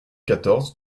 quatorze